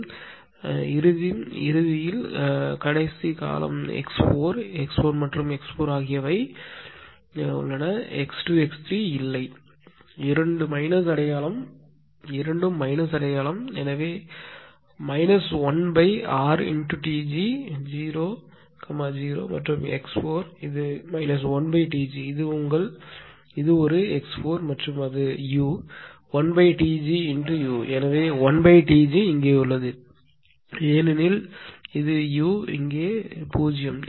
மற்றும் கடைசி கால x4 x1 மற்றும் x4 ஆகியவை x2 x3 இல் இல்லை இரண்டும் மைனஸ் அடையாளம் எனவே 1 0 0 மற்றும் x4 இது 1T g இது ஒரு x4 மற்றும் அது u 1Tgu எனவே 1Tg இங்கே உள்ளது ஏனெனில் இது u இங்கே 0